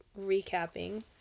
recapping